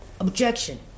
objection